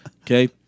Okay